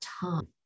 time